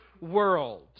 world